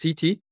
CT